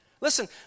Listen